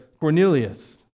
Cornelius